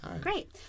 Great